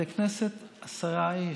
בתי כנסת, עשרה איש,